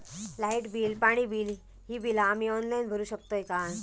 Light bill, पाणी bill, ही बिला आम्ही ऑनलाइन भरू शकतय का?